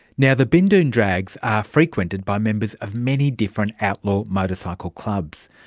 now, the bindoon drags are frequented by members of many different outlaw motorcycle clubs.